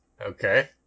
Okay